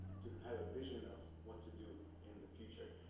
to have a vision of what to do in the future.